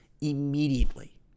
immediately